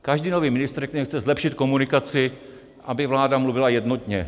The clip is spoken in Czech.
Každý nový ministr řekne, že chce zlepšit komunikaci, aby vláda mluvila jednotně.